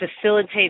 facilitate